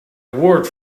word